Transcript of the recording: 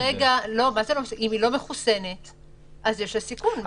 אם היא לא מחוסנת היא בסיכון.